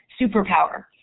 superpower